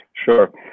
Sure